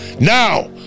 Now